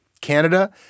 Canada